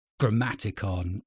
grammaticon